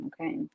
okay